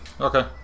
Okay